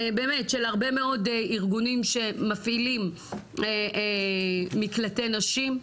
של הרבה מאוד ארגונים שמפעילים מקלטי נשים,